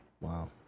Wow